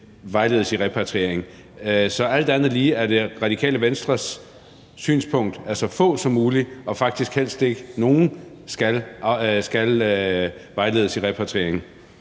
vejledes i repatriering. Så er det alt andet lige Radikale Venstres synspunkt, at så få som muligt, og faktisk helst ikke nogen, skal vejledes i repatriering?